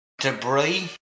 debris